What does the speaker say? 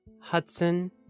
Hudson